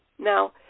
Now